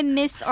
miss